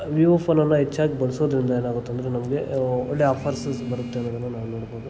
Vivo ಫೋನನ್ನು ಹೆಚ್ಚಾಗ್ ಬಳಸೋದ್ರಿಂದ ಏನಾಗುತ್ತಂದರೆ ನಮಗೆ ಒಳ್ಳೆ ಆಫರ್ಸಸ್ ಬರುತ್ತೆ ಅನ್ನೋದನ್ನು ನಾವು ನೋಡ್ಬೋದು